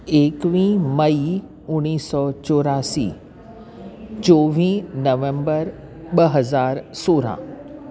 एककवी मई उणिवीह सौ चौरासीं चोवी नवेम्बर ॿ हज़ार सोरहं